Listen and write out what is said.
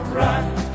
right ¶¶